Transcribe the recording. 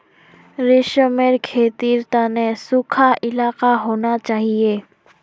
रेशमेर खेतीर तने सुखा इलाका होना चाहिए